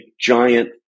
giant